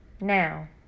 now